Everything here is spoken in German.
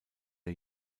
der